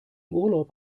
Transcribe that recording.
urlaub